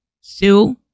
sue